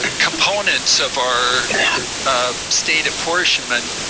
ah components of our ah state apportionment.